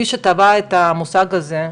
מי שטבע את המושג הזה,